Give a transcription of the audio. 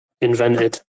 Invented